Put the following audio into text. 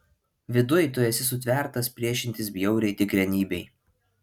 viduj tu esi sutvertas priešintis bjauriai tikrenybei